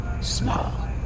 Small